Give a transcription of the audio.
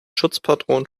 schutzpatron